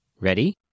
Ready